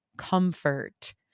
comfort